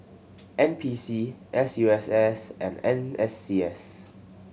N P C S U S S and N S C S